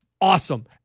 awesome